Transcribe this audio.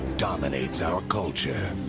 denominates our culture